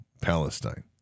Palestine